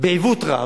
בעיוות רב,